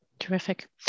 Terrific